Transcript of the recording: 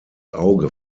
auge